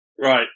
Right